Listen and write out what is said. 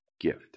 gift